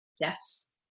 Yes